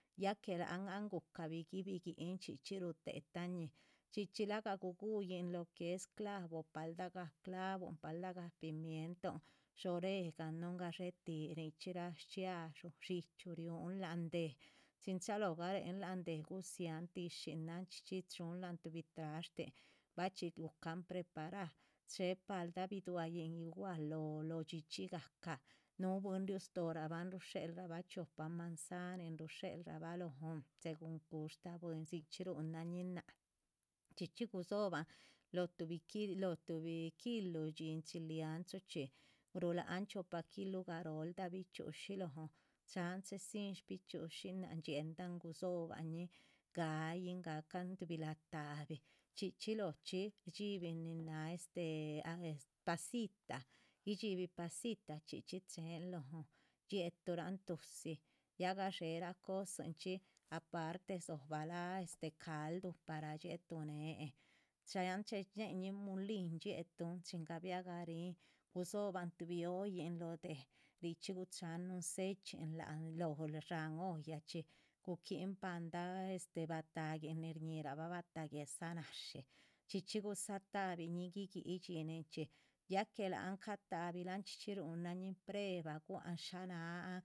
Ya que laan an guca bigui biguin chxichxi rutetanin chxichxi guguiyin lo que es clavo, palda clavun paldagan pimiento, oreganon gashetih nichxi nara schiayu, shichiu ryun. laán deh chxin chalo gayin lan deh gusial tishinan chxicxhi chun la´an tubhbi trashti bachi gucan preparar che palda biduayin nin gua lo shi chxicxhigacan nu bwin. ryustabara rushelraban chiopa manzanini rushelaban segun gushta bwin sichxi rushelanin naah chxicxhi rusobanin lo´h tuhbi kilu lo chile anchochxi, rulan chiopa. kilo garoldan bichxi´ushi lóhn yieldan chedzin bichxi´ushinan sieldan gudzobanin gayin ga´can tuhbi ratabi chxicxhi locxhi yibin pasita guishibi pasita chxicxhi chen lóhn. yieturan tuhsi ya hashera cosinchxi parte dzoba caldu para yietunen chan che´nenin mulin yietun chin gabiagarin gudzoban tuhbi ollin lóh deh richxi guchan nuhun sechin shan olla. chxi guquin palda bataguin, bataguin nin ñirabah bataguesa nashi chxicxhi gusatabiñin guiqui dxininchxi ya que laan gatabin´la chxicxhi gu´nannin prueba guan sha nan